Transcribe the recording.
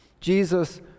Jesus